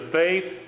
faith